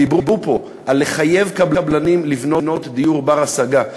דיברו פה על לחייב קבלנים לבנות דיור בר-השגה.